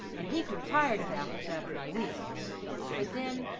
and he grew tired of apples after a week but then,